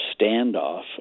standoff